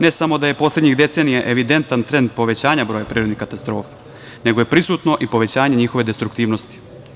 Ne samo da je poslednjih decenija evidentan trend povećanja broja prirodnih katastrofa nego je prisutno i povećanje njihove destruktivnosti.